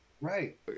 right